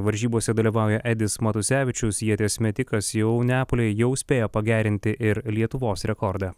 varžybose dalyvauja edis matusevičius ieties metikas jau neapolyje jau spėjo pagerinti ir lietuvos rekordą